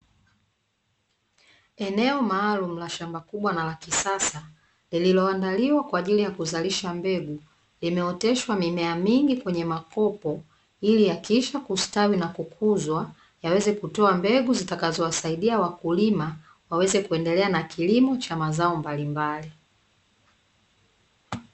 Eneo maalumu la shamba kubwa na lakisasa lililo andaliwa kwaajili ya kuzalisha mbegu, limeoteshwa mimea mingi kwenye makopo ili yakishastawi na kukuzwa na kutoa megu zitakazo wasaidia wakulima waweze kuendelea na kilimo cha mazao mbalimbali.